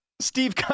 Steve